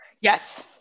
Yes